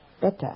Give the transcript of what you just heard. better